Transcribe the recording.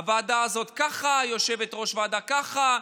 הוועדה הזו ככה, יושבת-ראש הוועדה ככה,